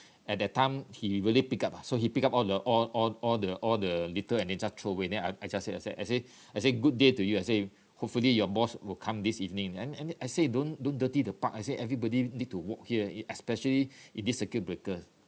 at that time he really pick up ah so he pick up all the all all all the all the little and then just throw away then I I just said I say I say I say good day to you I say hopefully your boss will come this evening and and I say don't don't dirty the park I say everybody need to walk here especially in this circuit breaker